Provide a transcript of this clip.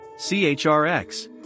CHRX